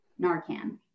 narcan